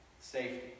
safety